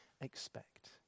expect